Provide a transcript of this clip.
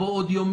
בוא עוד יום,